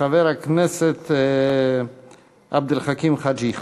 חבר הכנסת עבד אל חכים חאג' יחיא.